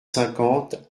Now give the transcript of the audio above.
cinquante